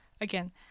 again